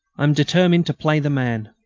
i am determined to play the man.